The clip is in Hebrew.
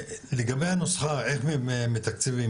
לגבי הנוסחה איך מתקצבים,